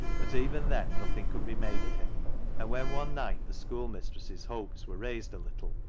but even then nothing could be made of him and when one night the schoolmistress's hopes were raised a little,